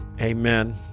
amen